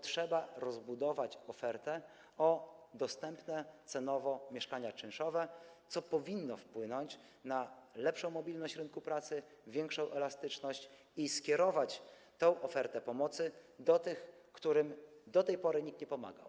Trzeba rozbudować ofertę o dostępne cenowo mieszkania czynszowe, co powinno wpłynąć na lepszą mobilność na rynku pracy, większą elastyczność, i skierować tę ofertę pomocy do tych, którym do tej pory nikt nie pomagał.